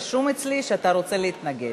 רשום אצלי שאתה רוצה להתנגד.